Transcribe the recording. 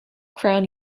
crown